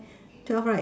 twelve right